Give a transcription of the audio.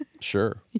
sure